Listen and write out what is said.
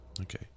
okay